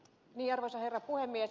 arvoisa herra puhemies